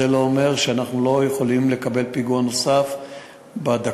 זה לא אומר שאנחנו לא יכולים לקבל פיגוע נוסף בדקות,